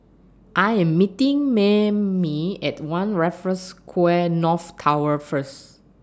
I Am meeting Maymie At one Raffles Quay North Tower First